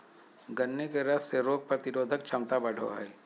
गन्ने के रस से रोग प्रतिरोधक क्षमता बढ़ो हइ